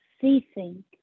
ceasing